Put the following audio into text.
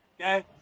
Okay